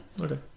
Okay